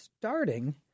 starting